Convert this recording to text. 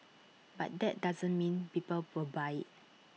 but that doesn't mean people will buy IT